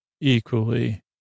equally